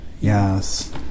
Yes